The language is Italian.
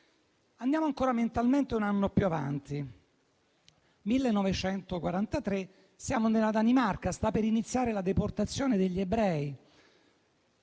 Andiamo, ancora mentalmente, un anno più avanti. 1943: siamo in Danimarca, sta per iniziare la deportazione degli ebrei.